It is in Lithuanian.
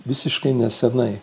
visiškai nesenai